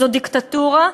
זו דיקטטורה,